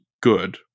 good